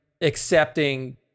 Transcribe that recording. accepting